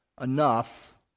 enough